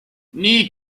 nii